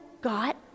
got